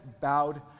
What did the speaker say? bowed